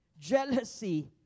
jealousy